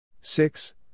six